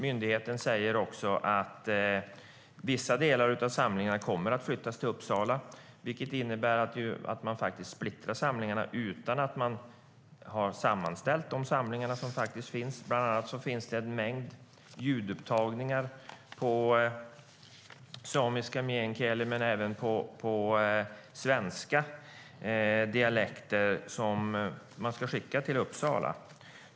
Myndigheten säger också att vissa delar av samlingarna kommer att flyttas till Uppsala, vilket innebär att man splittrar samlingarna utan att man har sammanställt de samlingar som finns. Bland annat finns det en mängd ljudupptagningar på samiska, meänkieli och på svenska dialekter som ska skickas till Uppsala.